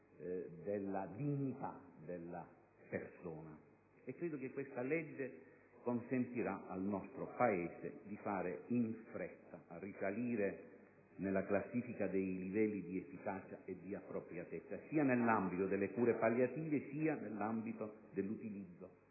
della dignità della persona. Credo che questo provvedimento consentirà al nostro Paese di risalire in fretta la classifica dei livelli di efficacia e di appropriatezza, sia nell'ambito delle cure palliative sia nell'utilizzo